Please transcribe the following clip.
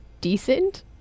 decent